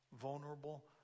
vulnerable